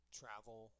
travel